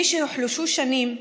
את מי שהוחלשו שנים,